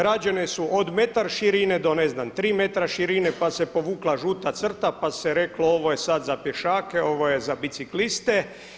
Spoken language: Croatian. Rađene su od metar širine, do ne znam 3 metra širine, pa se povukla žuta crta, pa se reklo ovo je sada za pješake, ovo je za bicikliste.